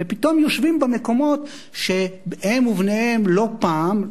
פתאום יושבים במקומות שהם ובניהם לא פעם,